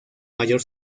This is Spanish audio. mayor